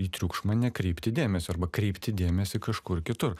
į triukšmą nekreipti dėmesio arba kreipti dėmesį kažkur kitur